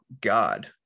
God